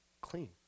clean